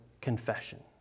confession